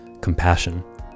compassion